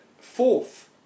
fourth